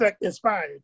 inspired